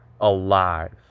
alive